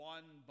one